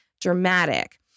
dramatic